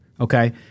Okay